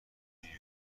برویم